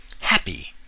happy